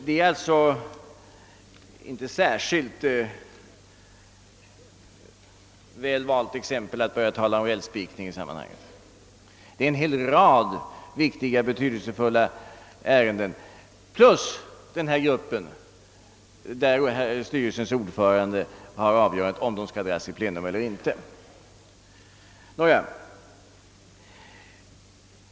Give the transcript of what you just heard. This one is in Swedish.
Det är alltså inte särskilt väl valt att börja tala om rälsspikning i det sammanhanget. Det gäller en hel rad betydelsefulla ärenden plus den grupp av frågor beträffande vilka styrelsens ordförande har att avgöra om de skall dras i plenum eller inte.